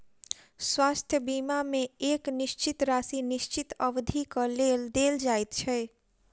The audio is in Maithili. स्वास्थ्य बीमा मे एक निश्चित राशि निश्चित अवधिक लेल देल जाइत छै